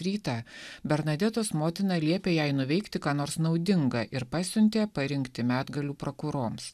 rytą bernadetos motina liepė jai nuveikti ką nors naudinga ir pasiuntė parinkti medgaliu prokurorams